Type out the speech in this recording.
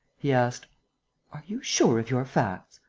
he asked are you sure of your facts?